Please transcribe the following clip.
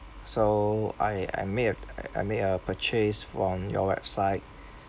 so I I made uh I made a purchase on your website